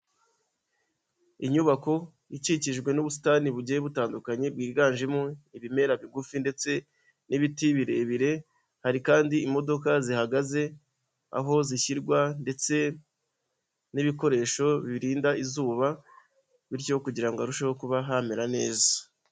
Inyubako ikikijwe n'ubusitani bugiye butandukanye bwiganjemo ibimera bigufi ndetse n'ibiti birebire, hari kandi imodoka zihagaze, aho zishyirwa ndetse n'ibikoresho birinda izuba, bityo kugirango ngo harusheho kuba hamera neza.